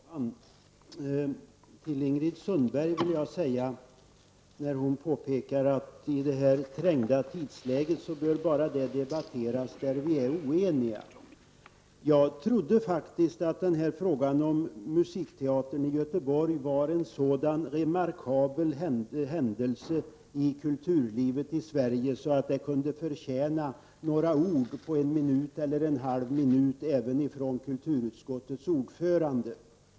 Herr talman! Till Ingrid Sundberg vill jag säga, när hon påpekar att i det här trängda tidsläget bör bara det debatteras som vi är oeniga om jag trodde faktiskt att frågan om musikteatern i Göteborg var en sådan remarkabel händelse i kulturlivet i Sverige att den kunde förtjäna några ord på en minut även från kulturutskottets ordförande.